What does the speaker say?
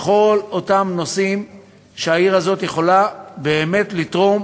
בכל אותם נושאים שהעיר הזאת יכולה באמת לתרום,